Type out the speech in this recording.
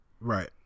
right